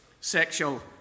sexual